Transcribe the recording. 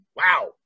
Wow